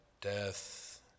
Death